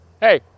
Hey